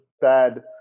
bad